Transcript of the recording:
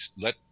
let